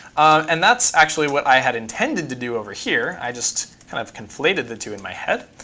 and that's actually what i had intended to do over here. i just kind of conflated the two in my head.